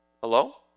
Hello